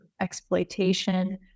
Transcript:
exploitation